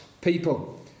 people